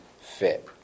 fit